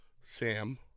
Sam